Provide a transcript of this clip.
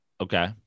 Okay